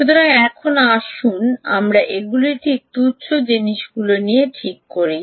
সুতরাং এখন আসুন আমরা এগুলি ঠিক তুচ্ছ জিনিসগুলি ঠিক করি